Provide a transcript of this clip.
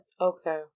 Okay